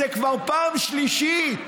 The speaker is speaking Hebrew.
זו כבר פעם שלישית.